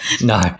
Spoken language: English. No